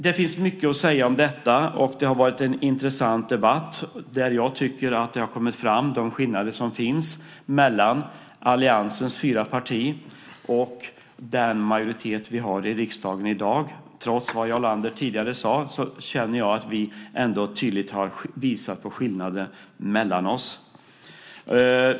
Det finns mycket att säga om detta, och det har varit en intressant debatt där jag tycker att de skillnader som finns mellan alliansens fyra partier och den majoritet vi har i riksdagen i dag har kommit fram. Trots det Jarl Lander tidigare sade känner jag att vi ändå tydligt har visat på skillnaden mellan oss.